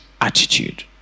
attitude